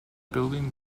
building